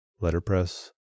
Letterpress